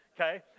okay